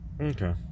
Okay